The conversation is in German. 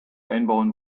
einbauen